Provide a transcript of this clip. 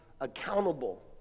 accountable